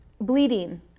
bleeding